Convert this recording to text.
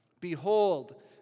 Behold